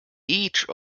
each